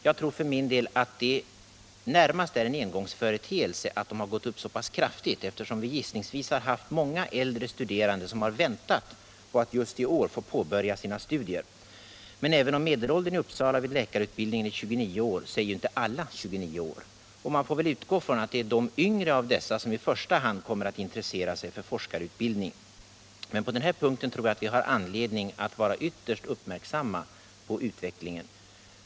Jag tror för min del att det närmast är en engångsföreteelse att den har gått upp så pass kraftigt, eftersom det gissningsvis har funnits äldre studerande som har väntat på att just i år få påbörja sina studier. Men även om medelåldern i Uppsala vid läkarutbildningen är 29 år är ju inte alla 29 år. Man får väl utgå från att det är de yngre av dessa som i första hand kommer att intressera sig för forskarutbildning. Men på den här punkten tror jag att vi har anledning att vara ytterst uppmärksamma på utvecklingen.